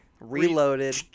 reloaded